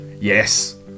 Yes